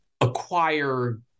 acquire